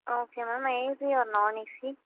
okay ma'am AC or non AC